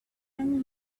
ten